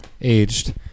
aged